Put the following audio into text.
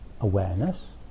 awareness